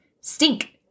stink